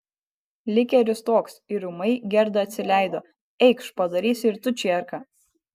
likeris toks ir ūmai gerda atsileido eikš padarysi ir tu čierką